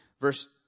Verse